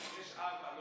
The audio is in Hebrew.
יש ארבע.